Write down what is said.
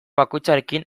bakoitzarekin